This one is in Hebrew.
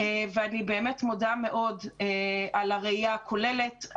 אני באמת מודה מאוד על הראייה הכוללת,